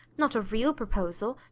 not a real proposal,